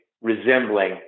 resembling